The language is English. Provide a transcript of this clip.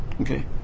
okay